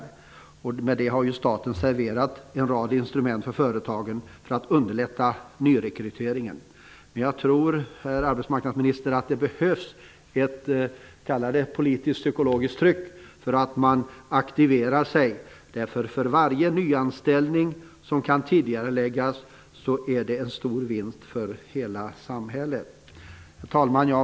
I och med detta har staten serverat företagen en rad instrument för att underlätta nyrekryteringen. Men, herr arbetsmarknadsminister, jag tror att det behövs ett s.k. politiskt psykologiskt tryck för att de skall aktivera sig, eftersom varje nyanställning som kan tidigareläggas är en stor vinst för hela samhället. Herr talman!